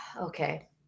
Okay